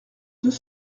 deux